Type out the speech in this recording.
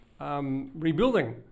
rebuilding